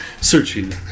Searching